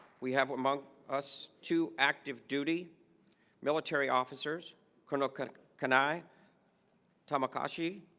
we have among us to active duty military officers konoka kunai tom akashi